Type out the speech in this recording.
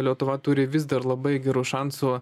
lietuva turi vis dar labai gerų šansų